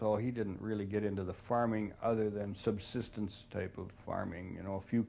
so he didn't really get into the farming other than subsistence type of farming you know a few